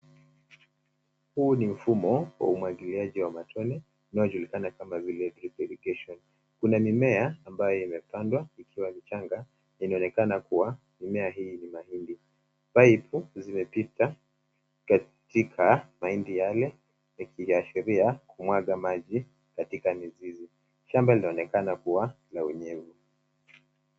Huu ni mfumo wa umwagiliaji wa matone unaojulikana kama vile drip irrigation . Kuna mimea ambayo imepandwa, ikiwa michanga. Inaonekana kuwa mimea hii ni mahindi. Paipu zimepita katika mahindi yale, ikiashiria kumwaga maji katika mizizi. Shamba linaonekana kuwa na unyevu.